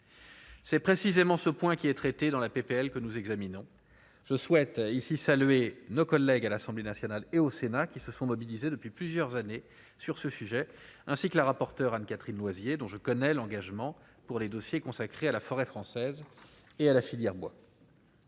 C'est précisément ce point qui est traité dans la PPL que nous examinons je souhaite ici saluer nos collègues à l'Assemblée nationale et au Sénat, qui se sont mobilisés depuis plusieurs années sur ce sujet, ainsi que la rapporteure Anne-Catherine Loisier, dont je connais l'engagement pour les dossiers consacrés à la forêt française et à la filière bois.